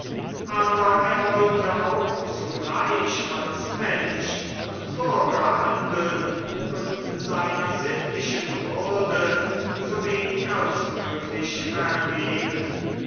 aber er wollte auch zugleich als mensch und bürger handeln und seiner sittlichen würde so wenig als möglich vergeben